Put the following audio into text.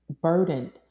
burdened